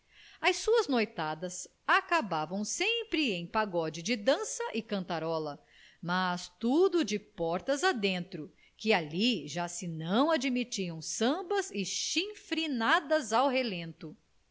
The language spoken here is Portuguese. as suas noitadas acabavam sempre em pagode de dança e cantarola mas tudo de portas adentro que ali já se não admitiam sambas e chinfrinadas ao relento